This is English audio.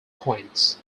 coins